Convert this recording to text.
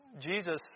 Jesus